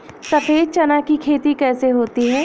सफेद चना की खेती कैसे होती है?